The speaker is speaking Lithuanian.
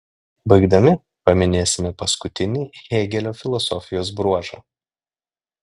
baigdami paminėsime paskutinį hėgelio filosofijos bruožą